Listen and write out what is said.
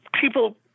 people